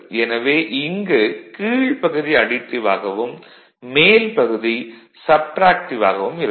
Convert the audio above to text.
எனவே இங்கு கீழ்ப்பகுதி அடிட்டிவ் ஆகவும் மேல்பகுதி சப்ட்ராக்டிவ் ஆகவும் இருக்கும்